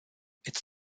its